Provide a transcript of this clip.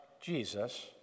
Jesus